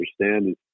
understand